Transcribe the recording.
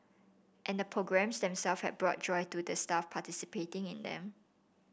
and the programmes them self have brought joy to the staff participating in them